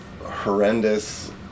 horrendous